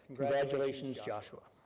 congratulations joshua.